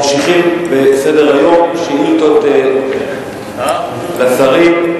ממשיכים בסדר-היום, שאילתות לשרים.